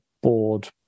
board